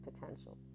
potential